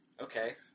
Okay